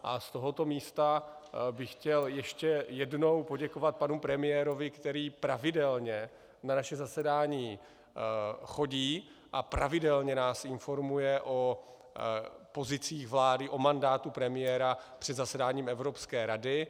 Z tohoto místa bych chtěl ještě jednou poděkovat panu premiérovi, který pravidelně na naše zasedání chodí a pravidelně nás informuje o pozicích vlády, o mandátu premiéra před zasedáním Evropské rady.